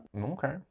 okay